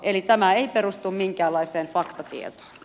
eli tämä ei perustu minkäänlaiseen faktatietoon